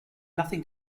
nothing